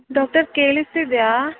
doctor ಕೇಳಿಸ್ತಿದ್ಯಾ